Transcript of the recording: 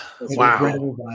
Wow